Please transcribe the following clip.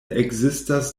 ekzistas